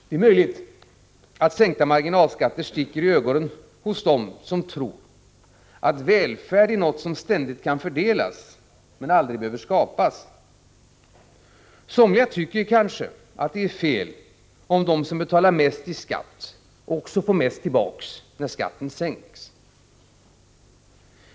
Det är möjligt att sänkta marginalskatter sticker dem i ögonen som tror att välfärd är något som ständigt kan fördelas men aldrig behöver skapas. Somliga tycker kanske att det är fel om de som betalar mest i skatt också får mest tillbaka när skatten sänks.